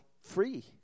free